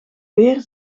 beer